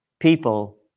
People